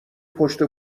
پشت